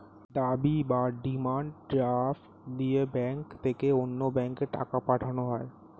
দাবি বা demand draft দিয়ে ব্যাংক থেকে অন্য ব্যাংকে টাকা পাঠানো হয়